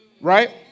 right